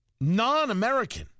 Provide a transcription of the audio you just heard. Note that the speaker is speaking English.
non-American